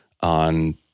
on